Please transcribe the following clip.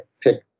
pick